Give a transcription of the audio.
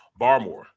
Barmore